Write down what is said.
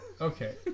okay